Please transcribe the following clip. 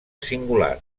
singular